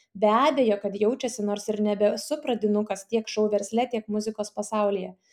be abejo kad jaučiasi nors ir nebesu pradinukas tiek šou versle tiek muzikos pasaulyje